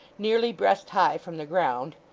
nearly breast high from the ground,